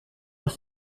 pas